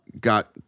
got